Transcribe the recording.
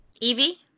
Evie